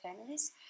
families